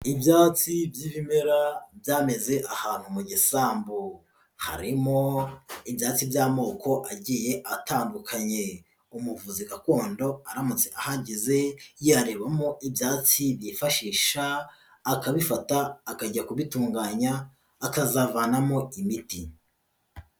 Ibyatsi by'ibimera byameze ahantu mu gisambu, harimo ibyatsi by'amoko agiye atandukanye, umuvuzi gakondo aramutse ahageze yarebamo ibyatsi byifashisha akabifata akajya kubitunganya akazavanamo imiti.